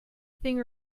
thing